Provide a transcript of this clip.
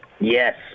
Yes